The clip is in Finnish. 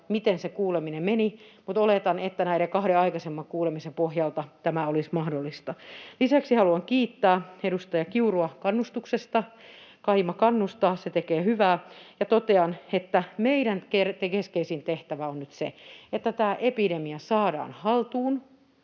miten se kuuleminen meni, mutta oletan, että näiden kahden aikaisemman kuulemisen pohjalta tämä olisi mahdollista. Lisäksi haluan kiittää edustaja Kiurua kannustuksesta — kaima kannustaa, se tekee hyvää — ja totean, että meidän keskeisin tehtävä on nyt se, että tämä epidemia saadaan haltuun,